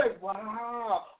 wow